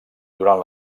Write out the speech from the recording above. durant